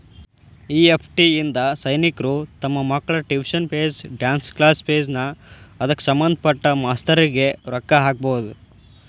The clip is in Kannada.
ಇ.ಎಫ್.ಟಿ ಇಂದಾ ಸೈನಿಕ್ರು ತಮ್ ಮಕ್ಳ tuition fees, dance class fees ನಾ ಅದ್ಕ ಸಭಂದ್ಪಟ್ಟ ಮಾಸ್ತರ್ರಿಗೆ ರೊಕ್ಕಾ ಹಾಕ್ಬೊದ್